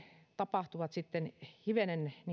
tapahtuvat hivenen